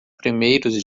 primeiros